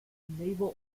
naval